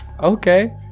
Okay